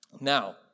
Now